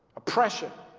oppression